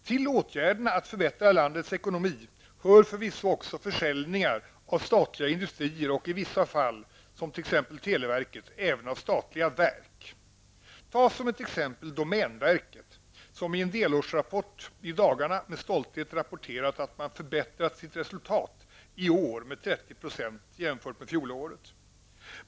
Till åtgärderna för att förbättra landets ekonomi hör förvisso också försäljningar av statliga industrier och i vissa fall, såsom t.ex. televerket, även av statliga verk. Ta som ett exempel domänverket, som i en delårsrapport i dagarna med stolthet rapporterat att man förbättrat sitt resultat i år med 30 % jämfört med fjolåret.